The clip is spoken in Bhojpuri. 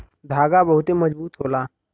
धागा बहुते मजबूत होला